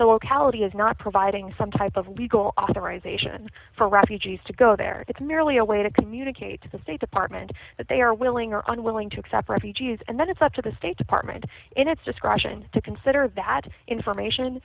the locality is not providing some type of legal authorization for refugees to go there it's merely a way to communicate to the state department that they are willing or unwilling to accept refugees and then it's up to the state department in its discretion to consider that information